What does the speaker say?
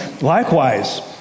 Likewise